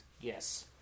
Yes